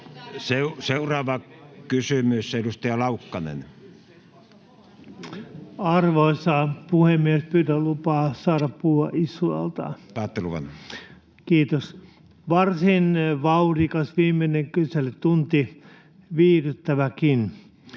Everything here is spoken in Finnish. Seuraava kysymys, edustaja Laukkanen. [Antero Laukkanen: Arvoisa puhemies! Pyydän lupaa saada puhua istualtaan.] — Saatte luvan. Kiitos. — Varsin vauhdikas viimeinen kyselytunti, viihdyttäväkin.